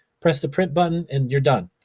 press the print button and you're done.